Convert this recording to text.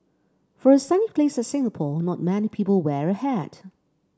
for a sunny place like Singapore not many people wear a hat